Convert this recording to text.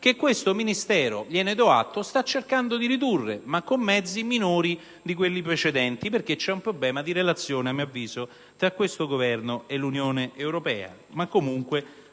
che l'attuale Ministero - gliene do atto - sta cercando di ridurre, ma con mezzi minori di quelli precedenti perché c'è un problema di relazione tra questo Governo e l'Unione europea. Ma, comunque,